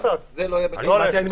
זה לא יהיה בתוך הנוסח.